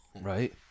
Right